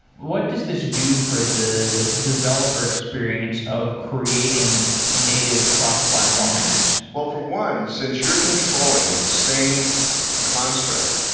what does this do for the developer experience of creating native cross platform apps? well, for one, since you're controlling with the same construct,